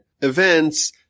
events